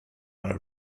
out